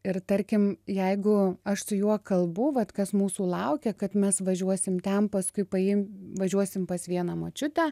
ir tarkim jeigu aš su juo kalbu vat kas mūsų laukia kad mes važiuosim ten paskui paim važiuosim pas vieną močiutę